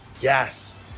yes